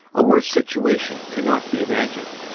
a worse situation cannot be imagined.